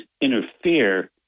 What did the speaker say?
interfere